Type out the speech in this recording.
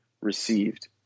received